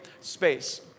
space